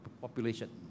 population